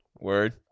Word